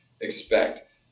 expect